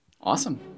Awesome